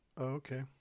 okay